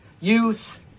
youth